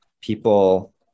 people